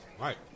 Right